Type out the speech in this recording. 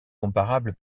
comparable